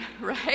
right